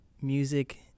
music